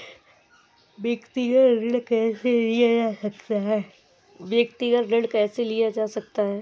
व्यक्तिगत ऋण कैसे लिया जा सकता है?